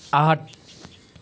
आठ